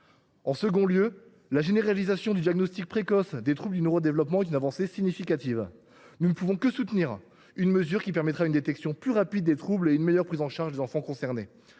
Ensuite, la généralisation du diagnostic précoce des troubles du neurodéveloppement constitue une avancée significative. Nous ne pouvons que soutenir une mesure qui permettra une détection plus rapide des troubles et une meilleure prise en charge des enfants concernés.